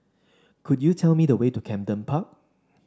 could you tell me the way to Camden Park